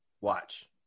watch